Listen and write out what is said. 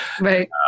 Right